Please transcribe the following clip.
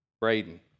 Braden